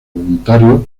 voluntarios